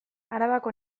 arabako